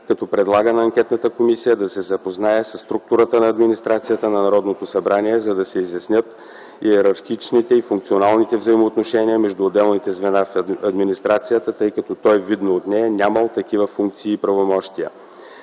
като предлага на анкетната комисия да се запознае със структурата на администрацията на Народното събрание, за да се изяснят йерархичните и функционалните взаимоотношения между отделните звена в администрацията, тъй като той, видно от нея, нямал такива функции и правомощия.